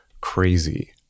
crazy